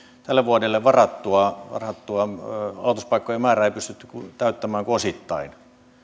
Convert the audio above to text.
tälle vuodelle varattua varattua aloituspaikkojen määrää ei pystytty täyttämään kuin osittain